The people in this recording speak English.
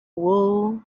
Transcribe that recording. wool